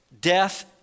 Death